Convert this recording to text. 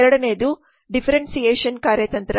ಎರಡನೆಯದು ಡಿಫ್ಫೆರೆಂಟಿಯೇಷನ್ ಕಾರ್ಯತಂತ್ರ